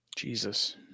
Jesus